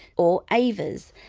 or avas.